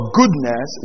goodness